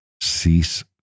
cease